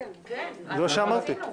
אמרתי.